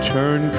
Turn